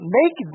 make